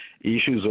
issues